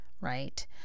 right